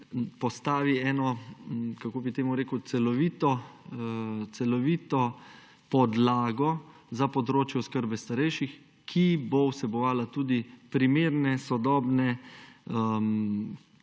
postavi eno celovito podlago za področje oskrbe starejših, ki bo vsebovala tudi primerne sodobne